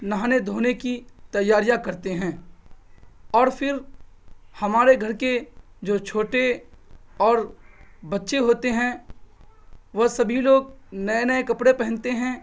نہانے دھونے کی تیاریاں کرتے ہیں اور فر ہمارے گھر کے جو چھوٹے اور بچے ہوتے ہیں وہ سبھی لوگ نئے نئے کپڑے پہنتے ہیں